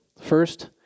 First